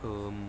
um